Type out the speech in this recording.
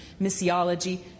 missiology